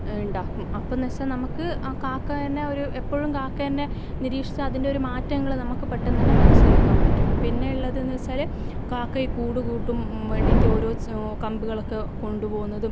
ഉണ്ടാക്കും അപ്പോൾ എന്ന് വെച്ചാൽ നമുക്ക് ആ കാക്കനെ ഒരു എപ്പോഴും കാക്കേനെ നിരീക്ഷിച്ച് അതിൻ്റെ ഒരു മാറ്റങ്ങള് നമുക്ക് പെട്ടെന്ന് തന്നെ മനസ്സിലാക്കാൻ പറ്റും പിന്നെ ഉള്ളത് എന്ന് വെച്ചാല് കാക്ക ഈ കൂട് കൂട്ടാൻ വേണ്ടിട്ട് ഓരോ കമ്പുകളൊക്കെ കൊണ്ടുപോകുന്നതും